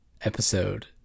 episode